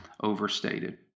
overstated